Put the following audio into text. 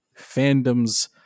fandoms